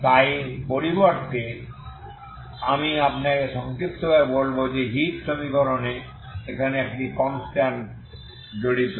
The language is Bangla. তাই পরিবর্তে আমি আপনাকে সংক্ষিপ্তভাবে বলব যে হিট সমীকরণে এখানে কী কনস্ট্যান্ট জড়িত